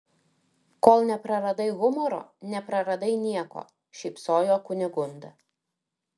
kol nepraradai humoro nepraradai nieko šypsojo kunigunda